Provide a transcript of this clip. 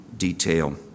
detail